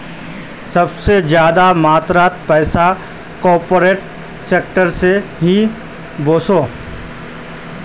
सबसे ज्यादा मात्रात पैसा कॉर्पोरेट सेक्टर से ही वोसोह